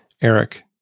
eric